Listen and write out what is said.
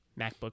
MacBook